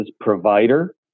provider